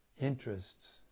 interests